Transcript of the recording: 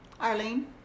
Arlene